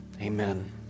Amen